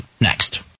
next